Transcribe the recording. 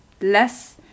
less